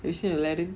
do you see aladdin